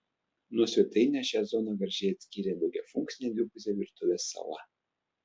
nuo svetainės šią zoną gražiai atskyrė daugiafunkcė dvipusė virtuvės sala